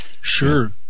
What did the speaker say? Sure